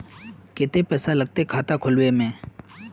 केते पैसा लगते खाता खुलबे में?